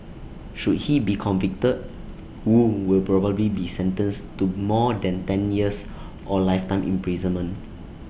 should he be convicted wu will probably be sentenced to more than ten years or lifetime imprisonment